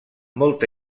molta